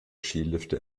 skilifte